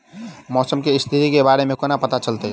मौसम केँ स्थिति केँ बारे मे कोना पत्ता चलितै?